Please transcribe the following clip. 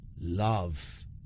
love